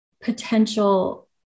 potential